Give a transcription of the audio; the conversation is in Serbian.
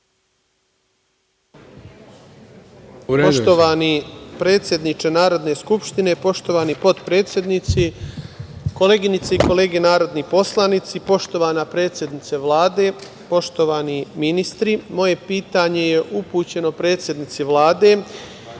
Poštovani predsedniče Narodne skupštine, poštovani potpredsednici, koleginice i kolege narodni poslanici, poštovana predsednice Vlade, poštovani ministri moje pitanje je upućeno predsednici Vlade